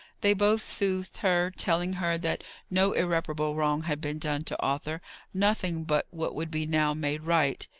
they both soothed her telling her that no irreparable wrong had been done to arthur nothing but what would be now made right.